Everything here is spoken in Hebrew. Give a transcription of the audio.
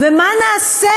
ומה נעשה